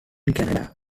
canada